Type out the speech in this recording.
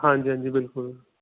ਹਾਂਜੀ ਹਾਂਜੀ ਬਿਲਕੁਲ